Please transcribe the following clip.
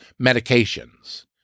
medications